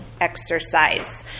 exercise